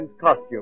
costume